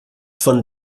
von